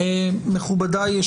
מכובדי,